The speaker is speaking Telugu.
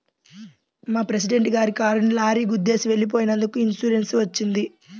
మా ప్రెసిడెంట్ గారి కారుని లారీ గుద్దేసి వెళ్ళిపోయినందుకు ఇన్సూరెన్స్ వచ్చింది